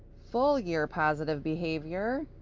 full year positive behavior,